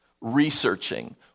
researching